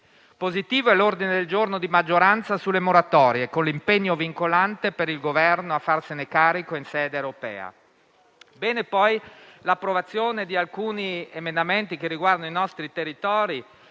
Positivo è l'ordine del giorno di maggioranza sulle moratorie, con l'impegno vincolante per il Governo a farsene carico in sede europea. Bene, poi, l'approvazione di alcuni emendamenti che riguardano i nostri territori: